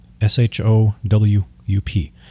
s-h-o-w-u-p